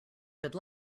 good